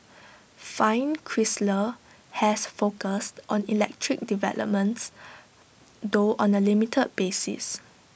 fiat Chrysler has focused on electric developments though on A limited basis